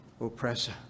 oppressor